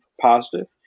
positive